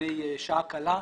שעה קלה.